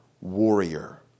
warrior